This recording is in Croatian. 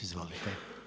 Izvolite.